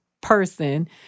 person